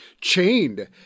chained